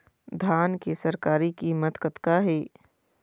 धान के सरकारी कीमत कतका हे?